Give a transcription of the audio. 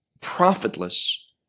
profitless